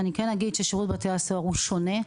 אני כן אגיד ששירות בתי הסוהר הוא שונה.